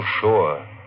sure